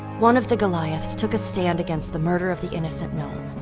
one of the goliaths took a stand against the murder of the innocent gnome,